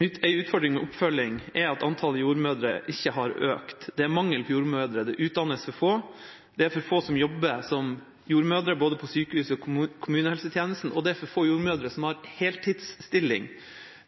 utfordring med oppfølgingen er at antallet jordmødre ikke har økt. Det er mangel på jordmødre, det utdannes for få, for få jobber som jordmødre både på sykehus og i kommunehelsetjenesten og for få jordmødre har heltidsstilling.